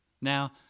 Now